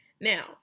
now